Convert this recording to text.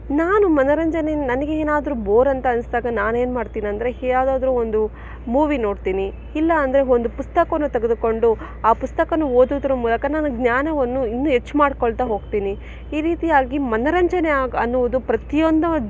ನಾನು ಮನೋರಂಜನೆ ನನಗೆ ಏನಾದರೂ ಬೋರ್ ಅಂತ ಅನ್ಸ್ದಾಗ ನಾನೇನು ಮಾಡ್ತೀನಂದರೆ ಯಾವುದಾದ್ರು ಒಂದು ಮೂವೀ ನೋಡ್ತೀನಿ ಇಲ್ಲ ಅಂದರೆ ಒಂದು ಪುಸ್ತಕವನ್ನು ತೆಗೆದುಕೊಂಡು ಆ ಪುಸ್ತಕನ ಓದೋದರ ಮೂಲಕ ನಾನು ಜ್ಞಾನವನ್ನು ಇನ್ನೂ ಹೆಚ್ಚು ಮಾಡ್ಕೊಳ್ತಾ ಹೋಗ್ತೀನಿ ಈ ರೀತಿಯಾಗಿ ಮನೋರಂಜನೆ ಆಗಿ ಅನ್ನುವುದು ಪ್ರತಿಯೊಂದು